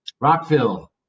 rockville